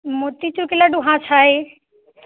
मोतीचूर के लड्डू हँ छै